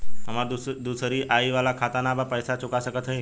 हमारी दूसरी आई वाला खाता ना बा पैसा चुका सकत हई?